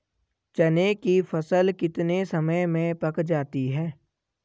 चने की फसल कितने समय में पक जाती है?